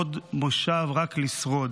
עוד מושב, רק לשרוד.